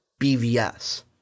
BVS